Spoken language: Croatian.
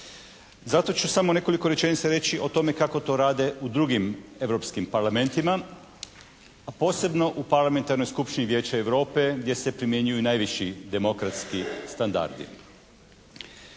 Zato ću samo nekoliko rečenica reći o tome kako to rade u drugim europskim parlamentima, a posebno u Parlamentarnoj skupštini Vijeća Europe gdje se primjenjuju najviši demokratski standardi.